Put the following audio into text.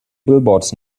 billboards